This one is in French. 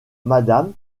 madame